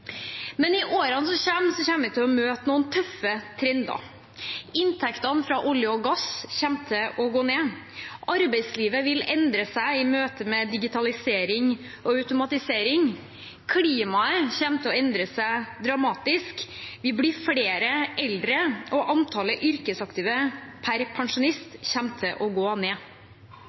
Men i årene som kommer, kommer vi til å møte noen tøffe trender: Inntektene fra olje og gass kommer til å gå ned. Arbeidslivet vil endre seg i møte med digitalisering og automatisering. Klimaet kommer til å endre seg dramatisk. Vi blir flere eldre, og antallet yrkesaktive per pensjonist kommer til å gå ned.